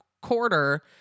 quarter